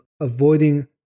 avoiding